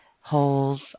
holes